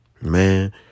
man